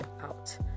out